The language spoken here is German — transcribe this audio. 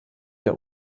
der